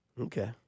Okay